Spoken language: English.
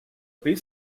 pre